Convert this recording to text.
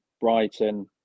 Brighton